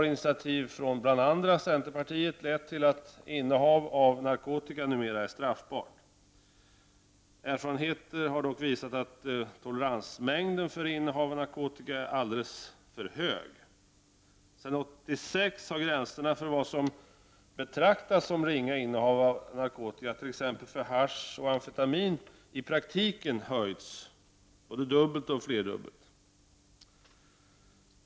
Initiativ från bl.a. centerpartiet har t.ex. lett till att innehav av narkotika numera är straffbart. Erfarenheter har dock visat att toleransmängden för innehav av narkotika är alldeles för hög. Sedan 1986 har gränserna för vad som betraktas som ringa innehav av narkotika, t.ex. när det gäller hasch och amfetamin, i praktiken höjts — de har fördubblats och flerdubblats.